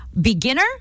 beginner